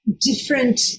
different